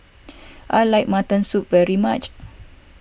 I like Mutton Soup very much